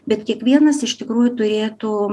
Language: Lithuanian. bet kiekvienas iš tikrųjų turėtų